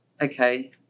okay